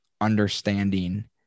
understanding